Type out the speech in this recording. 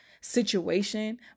situation